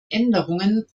änderungen